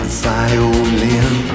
violin